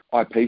IP